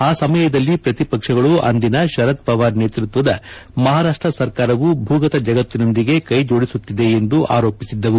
ಆ ಸಮಯದಲ್ಲಿ ಪ್ರತಿಪಕ್ಷಗಳು ಅಂದಿನ ಶರದ್ ಪವಾರ್ ನೇತೃತ್ವದ ಮಹಾರಾಷ್ಟ ಸರ್ಕಾರವು ಭೂಗತ ಜಗತ್ತಿನೊಂದಿಗೆ ಕೈಜೋಡಿಸುತ್ತಿದೆ ಎಂದು ಆರೋಪಿಸಿದ್ದವು